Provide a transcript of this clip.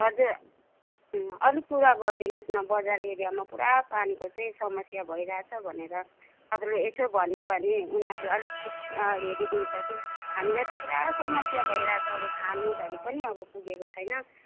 हजुर अलिक कुरा गरिदिनुहोस् न बजार एरियामा पूरा पानीको चाहिँ समस्या भइरहेछ भनेर तपाईँले यसो भनिदियो भने उनीहरूले अलिक हेरिदिन्छ कि हामीलाई त पूरा समस्या भइरहेछ अब खानु धरि पनि अब पुगेको छैन